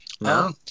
No